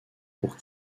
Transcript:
pour